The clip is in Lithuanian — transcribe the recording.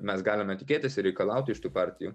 mes galime tikėtis ir reikalauti iš tų partijų